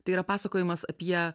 tai yra pasakojimas apie